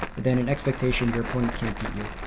then an expectation your opponent can't beat you,